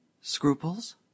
Scruples